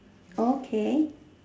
okay